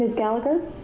gallagher?